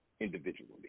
individually